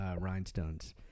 rhinestones